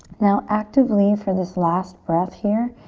now actively for this last breath here,